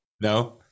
No